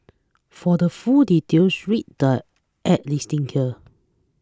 for the full details read the ad's listing here